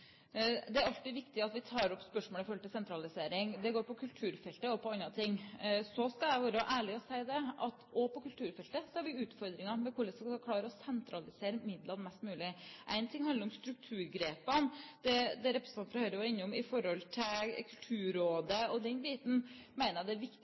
Det er alltid viktig at vi tar opp spørsmål i forhold til sentralisering. Det går på kulturfeltet og på andre ting. Så skal jeg være ærlig og si at også på kulturfeltet har vi utfordringer med hvordan vi skal klare å sentralisere midlene mest mulig. En ting handler om strukturgrepene. Det representanten fra Høyre var innom om Kulturrådet og den biten, mener jeg det er viktig